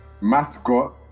mascot